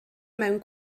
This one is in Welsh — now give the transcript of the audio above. mewn